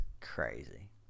crazy